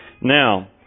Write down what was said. Now